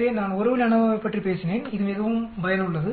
எனவே நான் ஒரு வழி அநோவாவைப் பற்றி பேசினேன் இது மிகவும் பயனுள்ளது